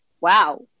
wow